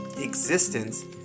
existence